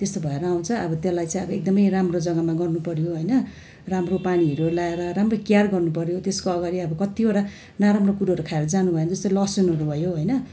त्यस्तो भएर आउँछ अब त्यसलाई चाहिँ एकदमै राम्रो जगामा गर्नु पर्यो होइन राम्रो पानीहरू लगाएर राम्रो केयर गर्नु पर्यो त्यसको अगाडि अब कतिवटा नराम्रो कुरोहरू खाएर जानु भएन जस्तो लसुनहरू भयो होइन